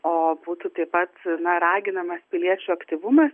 o būtų tai pat na raginamas piliečių aktyvumas